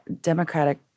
Democratic